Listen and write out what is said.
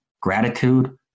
Gratitude